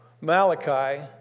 Malachi